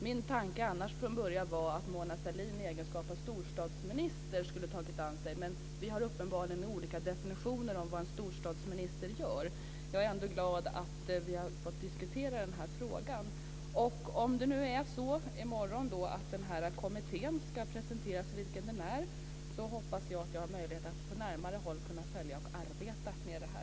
Min tanke från början var att Mona Sahlin i sin egenskap av storstadsminister skulle ha tagit an sig den, men vi har uppenbarligen olika definitioner om vad en storstadsminister gör. Jag är ändå glad att vi har fått diskutera den här frågan. Om det nu är så att kommittén i morgon ska presentera sitt hoppas att jag har möjlighet att på närmare håll kunna följa och arbeta med det här.